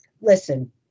listen